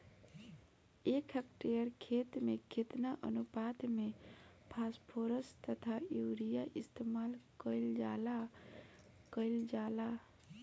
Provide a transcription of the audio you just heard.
एक हेक्टयर खेत में केतना अनुपात में फासफोरस तथा यूरीया इस्तेमाल कईल जाला कईल जाला?